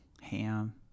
ham